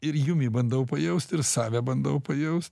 ir jumi bandau pajaust ir save bandau pajaust